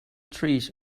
trees